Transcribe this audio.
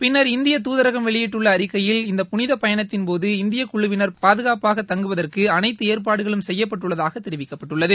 பின்னர் இந்திய தூதரகம் வெளியிட்டுள்ள அறிக்கையில் இந்த புனித பயணத்திள் போது இந்திய குழுவினர் பாதுகாப்பாக தங்குவதற்கு அனைத்து ஏற்பாடுகளும் செய்யப்பட்டுள்ளதாக தெரிவிக்கப்பட்டுள்ளது